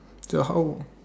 so how